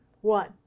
One